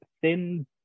thin